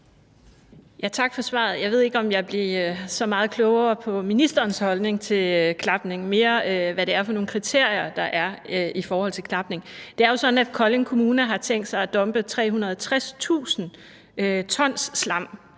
Tak for svaret. Jeg ved ikke, om jeg blev så meget klogere på ministerens holdning til klapning – mere på, hvad det er for nogle kriterier, der er, i forhold til klapning. Det er jo sådan, at Kolding Kommune har tænkt sig at dumpe 360.000 t slam,